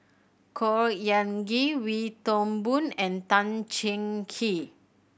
Khor Ean Ghee Wee Toon Boon and Tan Cheng Kee